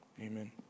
Amen